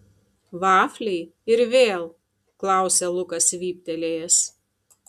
vafliai ir vėl klausia lukas vyptelėjęs